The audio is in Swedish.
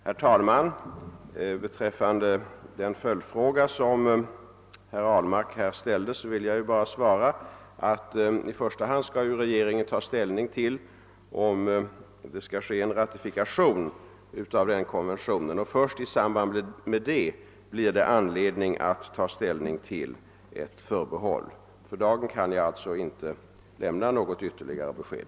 Herr talman! På den följdfråga som herr Ahlmark ställde vill jag svara följande. I första hand skall regeringen ta ställning till om konventionen skall ratificeras. Först i samband därmed blir det anledning att ta ställning till ett förbehåll. För dagen kan jag alltså inte lämna något ytterligare besked.